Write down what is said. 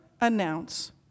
announce